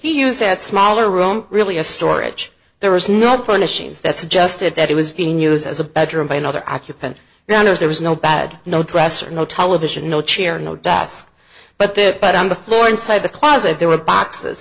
he used that smaller room really a storage there was no furnishings that suggested that it was being used as a bedroom by another occupant there was no bad no dresser no television no chair no dice but that but on the floor inside the closet there were boxes